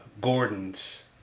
Gordon's